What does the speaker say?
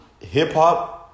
Hip-hop